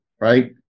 right